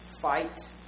Fight